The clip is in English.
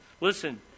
Listen